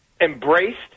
embraced